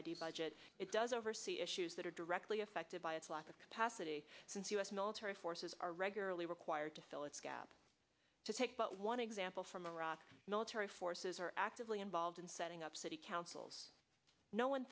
id budget it does oversee issues that are directly affected by its lack of capacity since u s military forces are regularly required to fill its gap to take but one example from iraq military forces are actively involved in setting up city councils no one